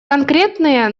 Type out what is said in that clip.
конкретные